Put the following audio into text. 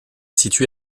situé